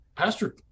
Pastor